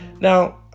Now